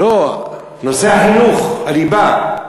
לא, נושא החינוך, הליבה.